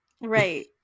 Right